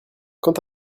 quand